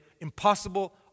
impossible